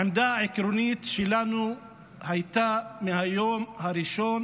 העמדה העקרונית שלנו הייתה מהיום הראשון